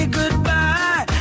goodbye